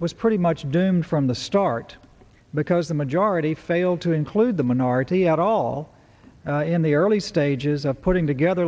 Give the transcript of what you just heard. was pretty much doomed from the start because the majority failed to include the minority at all in the early stages of putting together